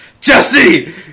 Jesse